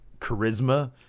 charisma